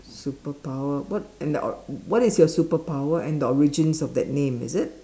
superpower what an what is your superpower and the origins of that name is it